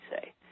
say